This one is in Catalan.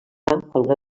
alguna